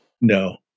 No